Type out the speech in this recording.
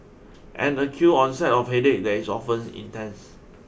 an acute onset of headache that is often intense